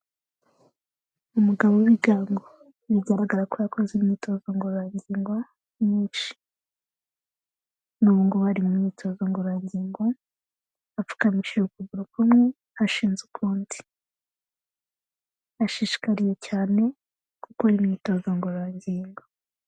Umugabo w'ibigango bigaragara ko yakoze imyitozo ngororangingo nyinshi. N'ubu ngubu ari mu myitozo ngororangingo, apfukamishije ukuguru kumwe, ashinze ukundi. Ashishikariye cyane gukora imyitozo ngororangingo.